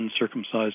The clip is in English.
uncircumcised